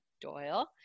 Doyle